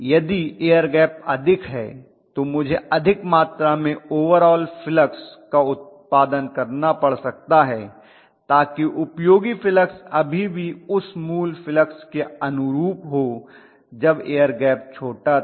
यदि air gap अधिक है तो मुझे अधिक मात्र में ओवरॉल फ्लक्स का उत्पादन करना पड़ सकता है ताकि उपयोगी फ्लक्स अभी भी उस मूल फ्लक्स के अनुरूप हो जब एयर गैप छोटा था